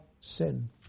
sin